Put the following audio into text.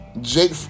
jake